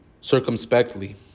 circumspectly